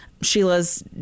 Sheila's